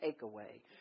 takeaway